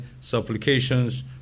supplications